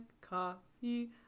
coffee